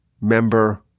member